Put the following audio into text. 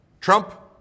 Trump